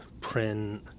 print